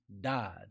died